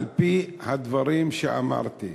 על-פי הדברים שאמרתי.